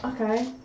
Okay